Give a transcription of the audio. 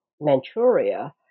Manchuria